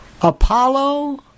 Apollo